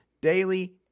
Daily